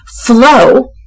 Flow